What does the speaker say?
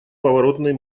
поворотный